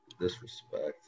Disrespect